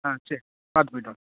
ஆ சரி பார்த்து போய்ட்டு வா